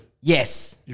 Yes